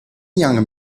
young